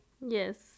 Yes